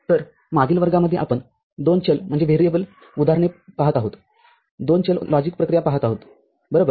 तर मागील वर्गांमध्ये आपण दोन चल उदाहरणे पहात आहोतदोन चल लॉजिक प्रक्रिया पहात आहोत बरोबर